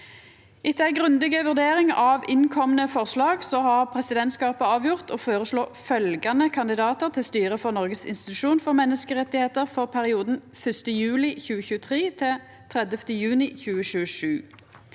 ei grundig vurdering av dei innkomne forslaga har presidentskapet avgjort å føreslå følgjande kandidatar til styret for Noregs institusjon for menneskerettar for perioden 1. juli 2023 til 30. juni 2027: